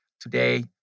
Today